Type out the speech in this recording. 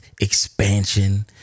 expansion